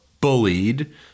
bullied